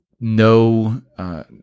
No